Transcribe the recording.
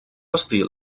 estil